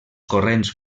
corrents